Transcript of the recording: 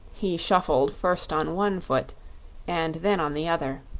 he shuffled first on one foot and then on the other,